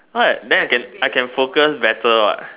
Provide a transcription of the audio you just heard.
what then I can I can focus better what